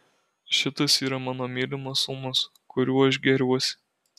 šitas yra mano mylimas sūnus kuriuo aš gėriuosi